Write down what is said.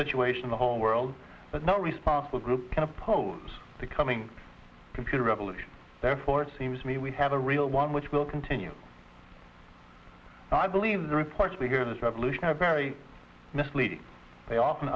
situation the whole world but no responsible group can oppose the coming computer revolution therefore it seems to me we have a real one which will continue and i believe the reports bigger this revolution are very misleading they often